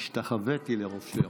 השתחוויתי ליושב-ראש,